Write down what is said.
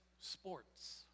sports